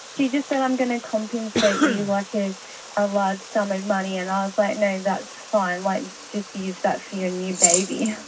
she just said i'm going to compensate you like a ah large sum of money. and i was like, no that's fine, like just use that for your new baby.